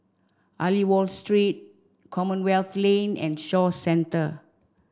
Aliwal Street Commonwealth Lane and Shaw Centre